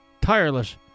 tireless